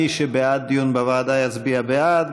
מי שבעד דיון בוועדה יצביע בעד,